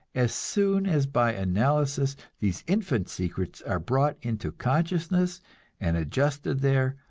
as soon as by analysis these infant secrets are brought into consciousness and adjusted there,